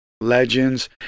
legends